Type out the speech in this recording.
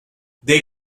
they